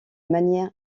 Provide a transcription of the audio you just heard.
manière